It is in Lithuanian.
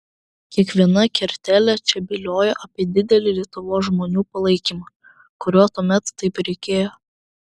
kiekviena kertelė čia byloja apie didelį lietuvos žmonių palaikymą kurio tuomet taip reikėjo